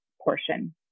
portion